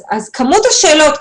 במקרה זה כמות השאלות,